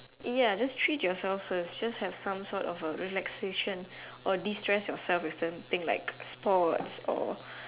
ya just treat yourself first just have some sort of a relaxation or destress yourself with some thing like sports or